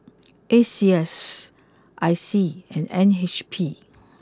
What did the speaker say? A C S I C and N H B